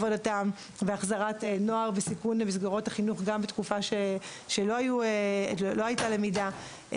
החזרת נוער בסיכון למסגרות החינוך גם בתקופה שלא היתה למידה.